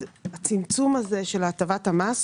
הצמצום הזה של הטבת המס,